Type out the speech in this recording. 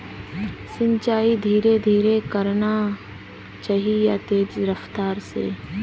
सिंचाई धीरे धीरे करना चही या तेज रफ्तार से?